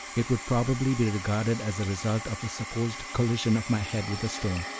it would probably be regarded as a result of the supposed collision of my head with a stone.